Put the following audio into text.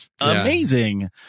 amazing